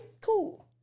cool